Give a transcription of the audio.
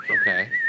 Okay